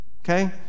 okay